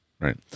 right